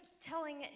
telling